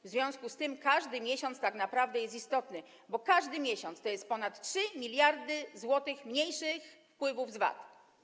W związku z tym każdy miesiąc tak naprawdę jest istotny, bo każdy miesiąc to ponad 3 mld zł mniej wpływów z VAT.